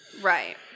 Right